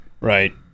Right